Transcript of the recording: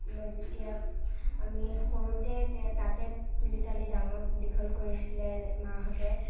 যেতিয়া আমি সৰুতে তে তাতে তুলি তালি ডাঙৰ দীঘল কৰিছিলে মাহঁতে